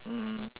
mm